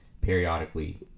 periodically